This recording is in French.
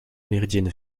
méridienne